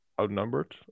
outnumbered